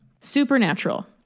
Supernatural